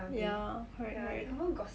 ya correct correct